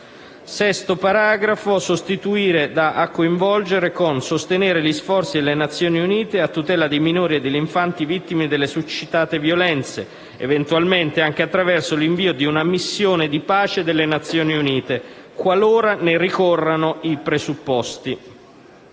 e di Boko Haram; 6) a sostenere gli sforzi delle Nazioni Unite a tutela dei minori e degli infanti vittime delle succitate violenze, eventualmente anche attraverso l'invio di una missione di pace delle Nazioni Unite, qualora ne ricorrano i presupposti;